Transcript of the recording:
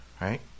right